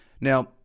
Now